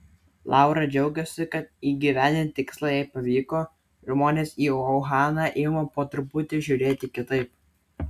laura džiaugiasi kad įgyvendinti tikslą jai pavyko žmonės į uhaną ima po truputį žiūrėti kitaip